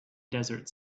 desert